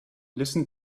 listen